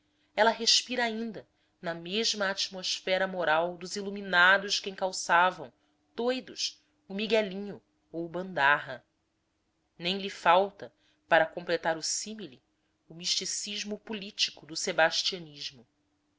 ela respira ainda na mesma atmosfera moral dos iluminados que encalçavam doudos o miguelinho ou o bandarra nem lhe falta para completar o símile o misticismo político do